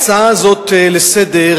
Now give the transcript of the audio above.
ההצעה הזאת לסדר-היום,